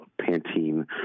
Pantene